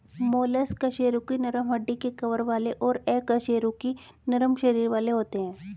mollusc कशेरुकी नरम हड्डी के कवर वाले और अकशेरुकी नरम शरीर वाले होते हैं